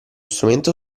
strumento